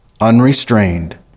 unrestrained